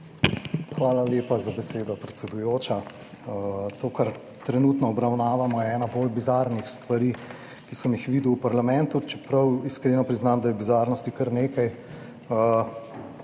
Hvala lepa za besedo, predsedujoča. To kar trenutno obravnavamo, je ena bolj bizarnih stvari, ki sem jih videl v parlamentu, čeprav iskreno priznam, da je bizarnosti kar nekaj,